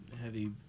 heavy